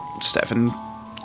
Stefan